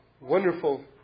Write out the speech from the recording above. wonderful